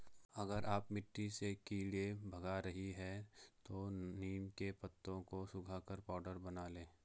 अगर आप मिट्टी से कीड़े भगा रही हैं तो नीम के पत्तों को सुखाकर पाउडर बना लें